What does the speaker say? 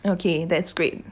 okay that's great